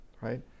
right